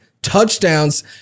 Touchdowns